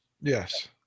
Yes